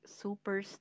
super